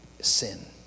sin